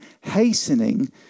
hastening